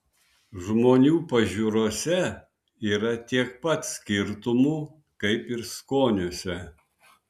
žmonių pažiūrose yra tiek pat skirtumų kaip ir skoniuose